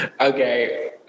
Okay